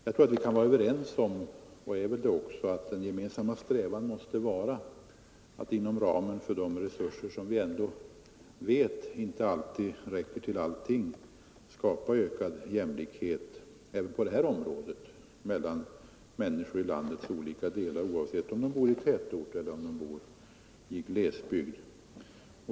Jag tror att vi kan vara överens om — och är väl det också — att den gemensamma strävan måste vara att inom ramen för de resurser, som vi vet inte kan räcka till allting, skapa ökad jämlikhet även på detta område mellan människor i landets olika delar, oavsett om de bor i tätort eller i glesbygd.